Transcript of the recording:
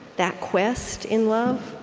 that quest in love,